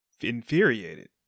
infuriated